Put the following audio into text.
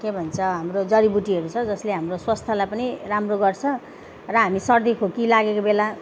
के भन्छ हाम्रो जरिबुट्टीहरू छ जसले हाम्रो स्वास्थ्यलाई पनि राम्रो गर्छ र हामी सर्दीखोकी लागेको बेला